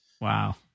Wow